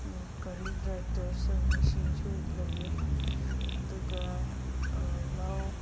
ꯒꯥꯔꯤ ꯇ꯭ꯔꯦꯛꯇꯔꯁꯨ ꯃꯦꯆꯤꯟꯁꯨ ꯂꯩꯌꯦ ꯑꯗꯨꯒ ꯂꯧ